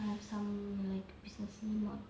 I have some like business modules